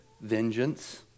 vengeance